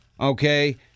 okay